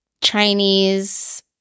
Chinese